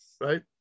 right